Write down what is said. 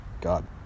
god